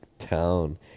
town